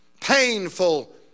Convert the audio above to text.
painful